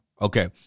Okay